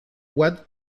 what